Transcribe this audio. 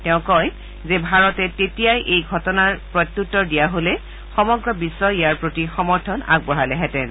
তেওঁ কয় যে ভাৰতে তেতিয়াই এই ঘটনাৰ প্ৰত্যুত্তৰ দিয়া হলে সমগ্ৰ বিশ্বই ইয়াৰ প্ৰতি সমৰ্থন আগবঢ়ালেহেঁতেন